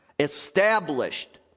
established